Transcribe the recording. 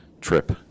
trip